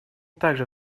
также